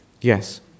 Yes